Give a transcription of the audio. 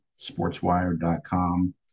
Sportswire.com